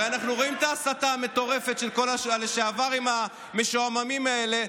הרי אנחנו רואים את ההסתה המטורפת של כל הלשעברים המשועממים האלה,